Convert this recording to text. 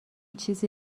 چیزی